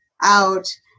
out